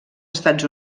estats